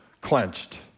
clenched